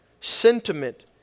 sentiment